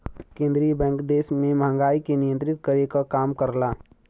केंद्रीय बैंक देश में महंगाई के नियंत्रित करे क काम करला